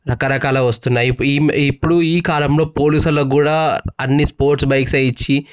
రకరకాల వస్తున్నాయి ఇప్పుడు ఈ కాలంలో పోలీసు వాళ్ళకి కూడా అన్నీ స్పోర్ట్స్ బైక్సే ఇచ్చి